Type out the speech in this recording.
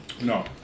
No